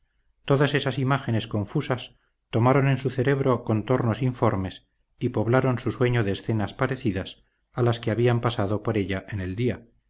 todas esas imágenes confusas tomaron en su cerebro contornos informes y poblaron su sueño de escenas parecidas a las que habían pasado por ella en el día